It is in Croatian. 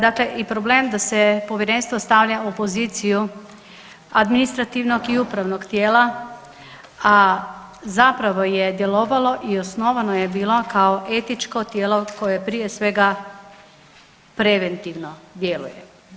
Dakle i problem da se Povjerenstvo stavlja u poziciju administrativnog i upravnog tijela, a zapravo je djelovalo i osnovano je bilo kao etičko tijelo koje je prije svega, preventivno djeluje.